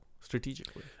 strategically